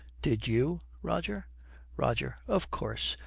did you, roger roger. of course.